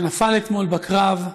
שנפל אתמול בקרב,